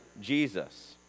Jesus